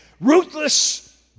ruthless